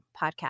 Podcast